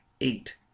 eight